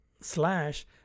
slash